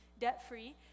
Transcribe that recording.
debt-free